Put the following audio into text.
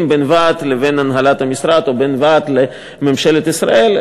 בין הוועד לבין הנהלת המשרד או בין הוועד לבין ממשלת ישראל,